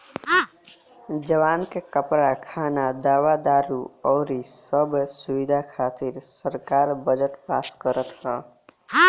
जवान के कपड़ा, खाना, दवा दारु अउरी सब सुबिधा खातिर सरकार बजट पास करत ह